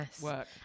work